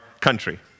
country